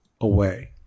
away